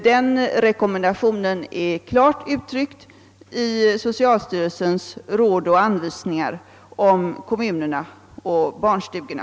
Denna rekommendation är klart uttryckt i socialstyrelsens råd och anvisningar om kommunerna och barnstugorna.